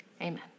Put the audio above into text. Amen